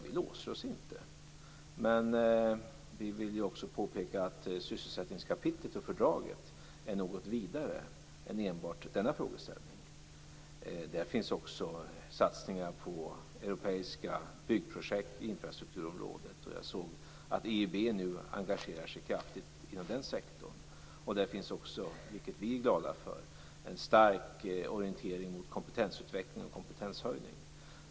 Vi låser oss inte, men vi vill också påpeka att sysselsättningskapitlet och fördraget är något vidare än bara denna frågeställning. Där finns också satsningar på europeiska byggprojekt inom infrastrukturområdet, och jag såg att EUB nu engagerar sig kraftigt inom denna sektor. Där finns också, vilket vi är glada för, en stark orientering mot kompetensutveckling och kompetenshöjning.